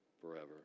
forever